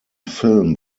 film